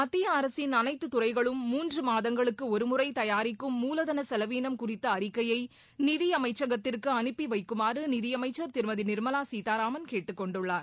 மத்திய அரசின் அனைத்துத் துறைகளும் மூன்று மாதங்களுக்கு ஒருமுறை தயாரிக்கும் மூலதன செலவினம் குறித்த அறிக்கையை நிதியமைச்சகத்திற்கு அனுப்பிவைக்குமாறு நிதியமைச்சர் திருமதி நிர்மலா சீதாராமன் கேட்டுக் கொண்டுள்ளார்